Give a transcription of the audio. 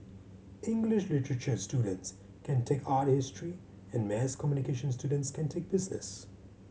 English literature students can take art history and mass communication students can take business